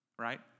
right